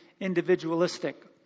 individualistic